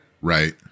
Right